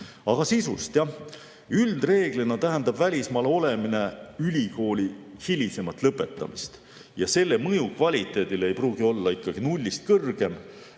Aga sisust. Üldreeglina tähendab välismaal olemine ülikooli hilisemat lõpetamist, aga selle mõju kvaliteedile ei pruugi olla nullist kõrgem.